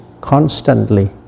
constantly